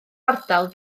ardal